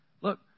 Look